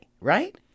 right